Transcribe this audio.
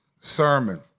sermon